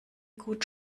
gut